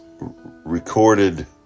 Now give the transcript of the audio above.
recorded